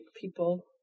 people